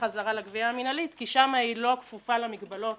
חזרה לגבייה המינהלית כי שם היא לא כפופה למגבלות